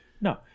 no